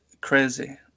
crazy